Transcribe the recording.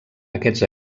aquests